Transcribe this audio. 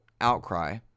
outcry